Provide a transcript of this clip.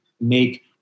make